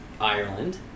Ireland